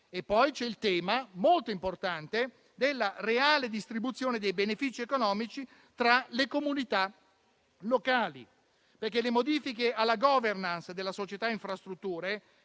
poi il tema molto importante della reale distribuzione dei benefici economici tra le comunità locali, perché le modifiche alla *governance* della società Infrastrutture